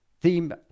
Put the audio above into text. theme